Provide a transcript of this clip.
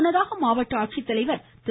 முன்னதாக மாவட்ட ஆட்சித்தலைவர் திரு